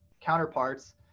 counterparts